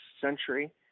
century